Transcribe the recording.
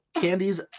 candies